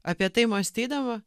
apie tai mąstydama